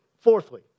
Fourthly